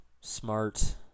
smart